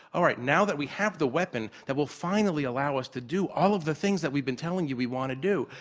all right, now that we have the weapon that will finally allow us to do all of the things that we've been telling you we want to do,